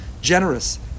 generous